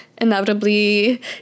inevitably